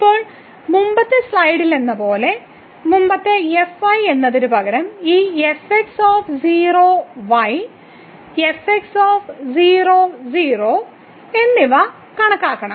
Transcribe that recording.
ഇപ്പോൾ മുമ്പത്തെ സ്ലൈഡിലെന്നപോലെ മുമ്പത്തെ എന്നതിനുപകരം ഈ 0 y 0 0 എന്നിവ കണക്കാക്കണം